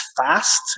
fast